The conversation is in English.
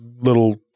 little